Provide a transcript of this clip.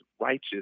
righteous